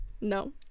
no